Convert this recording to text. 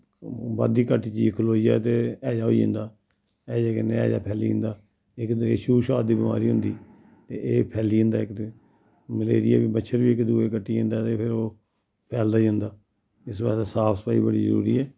बद्दी घट्टी चीज खलोईया ते हैजा होई जंदा हैजे कन्नै हैजा फैली जंदा इक शू शात दी बमारी होंदी ते एह् फैली जंदा इक मलेरिया बी मच्छर बी इक दुए कट्टि जंदा ते फिर ओह् फैलदा जंदा इस वास्तै साफ सफाई बड़ी जरूरी ऐ